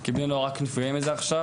כי בני נוער רק נפגעים מזה עכשיו,